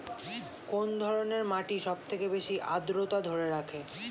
কোন ধরনের মাটি সবথেকে বেশি আদ্রতা ধরে রাখে?